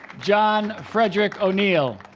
john frederick o'neil